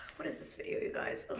what is this video you guys?